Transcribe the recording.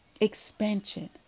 Expansion